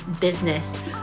business